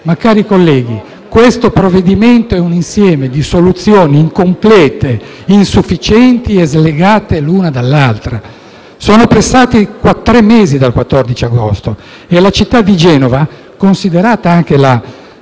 Ma, cari colleghi, questo provvedimento è un insieme di soluzioni incomplete, insufficienti e slegate l’una dall’altra. Sono passati tre mesi dal 14 agosto e la città di Genova, considerata anche la